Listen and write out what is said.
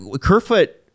Kerfoot